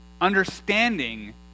Understanding